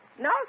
No